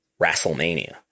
Wrestlemania